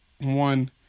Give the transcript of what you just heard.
one